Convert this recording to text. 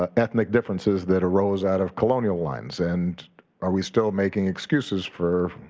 ah ethnic differences that arose out of colonial lines? and are we still making excuses for